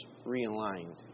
realigned